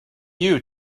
you